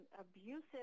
abusive